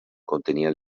contenia